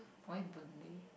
why Boon Lay